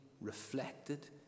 reflected